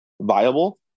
viable